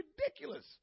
ridiculous